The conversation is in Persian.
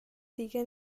دیگه